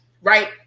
right